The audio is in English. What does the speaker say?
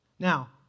Now